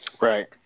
Right